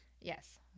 Yes